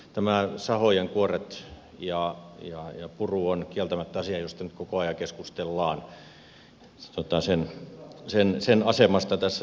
nämä sahojen kuoret ja puru on kieltämättä asia jonka asemasta tässä järjestelmässä nyt koko ajan keskustellaan